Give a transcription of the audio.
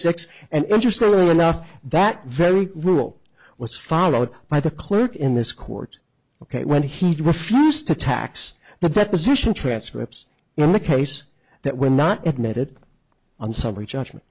six and interestingly enough that very rule was followed by the clerk in this court ok when he refused to tax the deposition transcripts in the case that we're not at noted on summary judgment